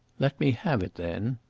let me have it then!